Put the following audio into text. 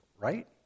right